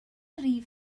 rif